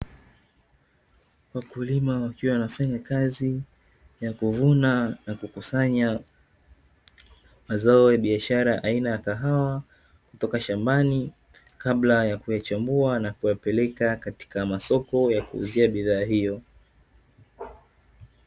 Mkulima akiwa anafanya kazi ya kuvuna na kukusanya mazao ya biashara aina ya kahawa kutoka shamban, kabla ya kuyachambua na kuyapeleka katika masoko ya kuuzia bidhaa hiyo.